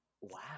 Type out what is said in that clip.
wow